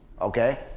okay